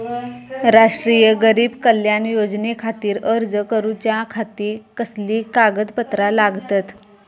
राष्ट्रीय गरीब कल्याण योजनेखातीर अर्ज करूच्या खाती कसली कागदपत्रा लागतत?